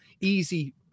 easy